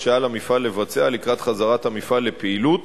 שעל המפעל לבצע לקראת חזרת המפעל לפעילות